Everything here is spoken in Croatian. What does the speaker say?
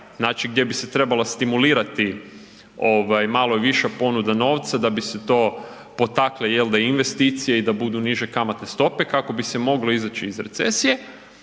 gdje bi se trebala stimulirati ovaj malo viša ponuda novca da bi se to potaklo jel da investicije i da budu niže kamatne stope kako bi se moglo izaći iz recesije,